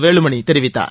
வேலுமணி தெரிவித்தார்